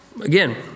Again